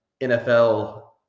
NFL